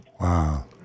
Wow